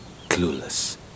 Clueless